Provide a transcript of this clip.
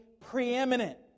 preeminent